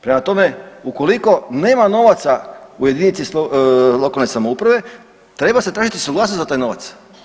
Prema tome, ukoliko nema novaca u jedinici lokalne samouprave treba se tražiti suglasnost za taj novac.